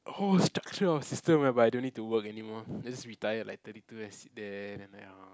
whole structure or system whereby I don't need to work anymore just retire like thirty two years and sit there then orh